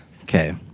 Okay